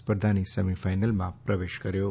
સ્પર્ધાની સેમિફાઈનલમાં પ્રવેશ કર્યો છે